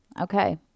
okay